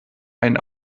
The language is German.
ein